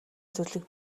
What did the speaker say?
зүйлийг